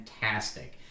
fantastic